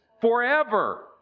forever